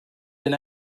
been